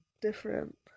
different